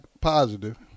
positive